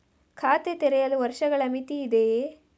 ಖಾತೆ ತೆರೆಯಲು ವರ್ಷಗಳ ಮಿತಿ ಇದೆಯೇ?